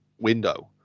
window